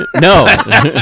No